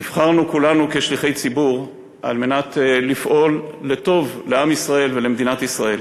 נבחרנו כולנו כשליחי ציבור על מנת לפעול לטוב לעם ישראל ולמדינת ישראל.